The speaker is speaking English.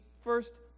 first